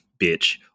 bitch